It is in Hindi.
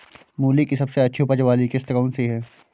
मूली की सबसे अच्छी उपज वाली किश्त कौन सी है?